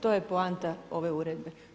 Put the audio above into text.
To je poanta ove uredbe.